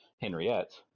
Henriette